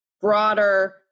broader